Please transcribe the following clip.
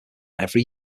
every